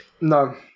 No